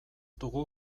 dugu